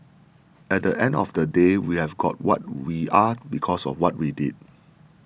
at the end of the day we have got what we are because of what we did